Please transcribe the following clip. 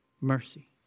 mercy